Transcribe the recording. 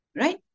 Right